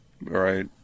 Right